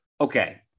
Okay